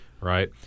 right